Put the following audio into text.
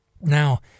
Now